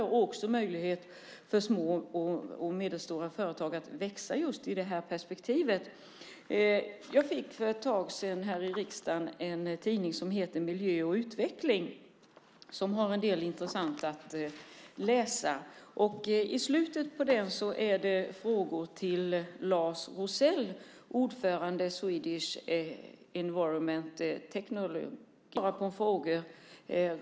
Det gäller också möjligheten för små och medelstora företag att växa i det perspektivet. Jag fick för ett tag sedan i riksdagen en tidning som heter Miljö & Utveckling. Där finns en del intressant att läsa. I slutet av tidningen finns frågor till Lars Rosell, ordförande i Swedish Environmental Technology.